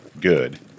good